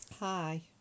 Hi